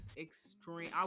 extreme